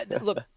look